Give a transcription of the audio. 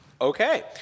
Okay